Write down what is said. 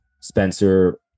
Spencer